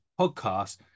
podcast